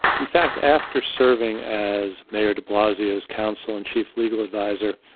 in fact, after serving as mayor de blasio as counsel and chief legal advisor,